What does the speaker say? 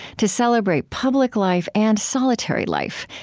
to celebrate public life and solitary life,